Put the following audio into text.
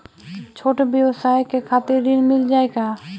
छोट ब्योसाय के खातिर ऋण मिल जाए का?